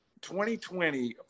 2020